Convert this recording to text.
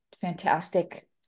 fantastic